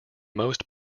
most